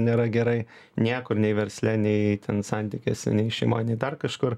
nėra gerai niekur nei versle nei ten santykiuose nei šeimoj nei dar kažkur